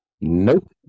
Nope